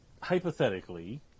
Hypothetically